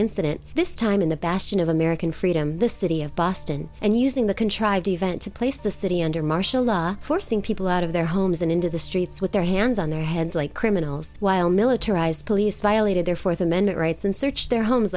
incident this time in the bastion of american freedom the city of boston and using the contrived event to place the city under martial law forcing people out of their homes and into the streets with their hands on their heads like criminals while militarized police violated their fourth amendment rights and searched their homes